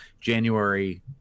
January